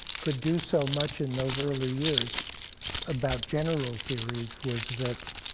could do so much in those early years about general theories was that